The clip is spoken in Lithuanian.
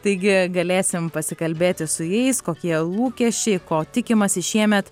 taigi galėsim pasikalbėti su jais kokie lūkesčiai ko tikimasi šiemet